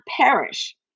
perish